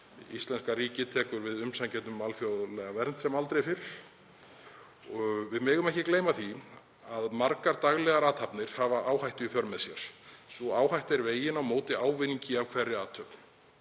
íslenska ríkið tekur við umsækjendum um alþjóðlega vernd sem aldrei fyrr. Við megum ekki gleyma því að margar daglegar athafnir hafa áhættu í för með sér. Sú áhætta er vegin á móti ávinningi af hverri athöfn.